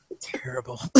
terrible